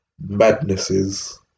madnesses